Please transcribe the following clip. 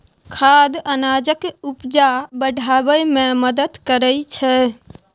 खाद अनाजक उपजा बढ़ाबै मे मदद करय छै